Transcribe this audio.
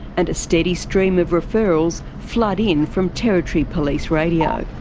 and a steady stream of referrals flood in from territory police radio.